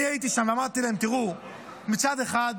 אני הייתי שם ואמרתי להם: מצד אחד,